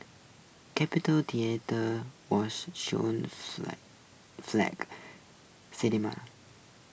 capitol theatre was Shaw's flag cinema